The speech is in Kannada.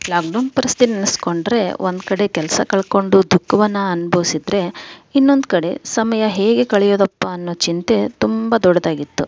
ಲಾಕ್ಡೌನ್ ಪರಿಸ್ಥಿತಿ ನೆನೆಸ್ಕೊಂಡ್ರೆ ಒಂದು ಕಡೆ ಕೆಲಸ ಕಳ್ಕೊಂಡು ದುಃಖವನ್ನು ಅನುಭವಿಸಿದರೆ ಇನ್ನೊಂದು ಕಡೆ ಸಮಯ ಹೇಗೆ ಕಳೆಯೋದಪ್ಪ ಅನ್ನೋ ಚಿಂತೆ ತುಂಬ ದೊಡ್ಡದಾಗಿತ್ತು